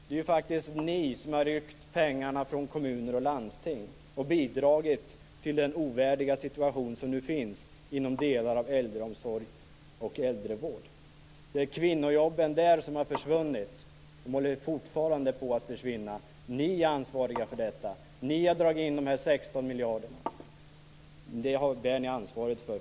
Det är ni som har ryckt pengarna från kommuner och landsting och bidragit till den ovärdiga situation som nu råder inom delar av äldreomsorgen och äldrevården. Det är kvinnojobben där som har försvunnit, och de håller fortfarande på att försvinna. Ni är ansvariga för detta. Ni har dragit in de 16 miljarderna. Det bär ni ansvaret för.